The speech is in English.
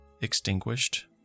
Extinguished